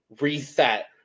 reset